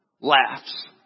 laughs